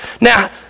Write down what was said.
now